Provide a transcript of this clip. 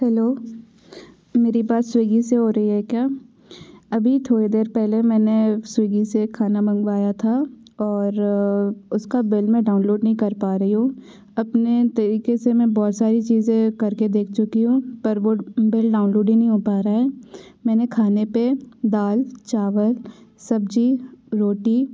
hello मेरी बात Swiggy से हो रही है क्या अभी थोड़ी देर पहले मैंने स्विग्गी से खाना मंगवाया था और उसका बिल में डाउनलोड नहीं कर पा रही हूँ अपने तरीके से मैं बहुत सारी चीज़ें करके देख चुकी हूँ पर वो बिल डाउनलोड ही नहीं हो पा रहा है मैं खाने पे दाल चावल सब्जी रोटी